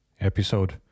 episode